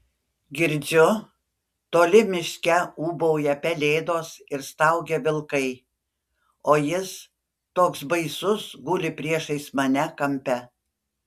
girdžiu toli miške ūbauja pelėdos ir staugia vilkai o jis toks baisus guli priešais mane kampe